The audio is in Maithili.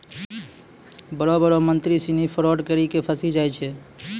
बड़ो बड़ो मंत्री सिनी फरौड करी के फंसी जाय छै